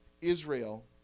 israel